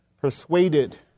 Persuaded